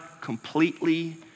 completely